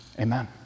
Amen